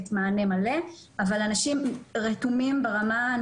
הדברים האישיים שלך בהחלט ממחישים את המצב.